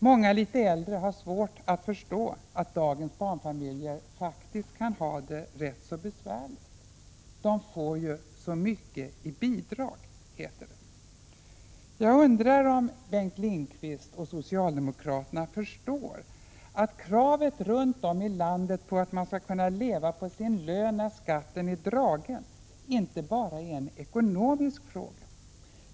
Många litet äldre har svårt att förstå att dagens barnfamiljer faktiskt kan ha det rätt så besvärligt. De får ju så mycket i bidrag, sägs det. Jag undrar om Bengt Lindqvist och socialdemokraterna i övrigt förstår att kravet runt om i landet på att man skall kunna leva på sin lön när skatten är dragen inte bara är en ekonomisk fråga.